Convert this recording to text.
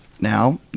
now